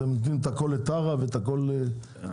אתם נותנים את הכל לטרה ואת הכל לתנובה?